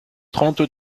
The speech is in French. trente